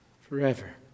forever